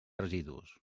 residus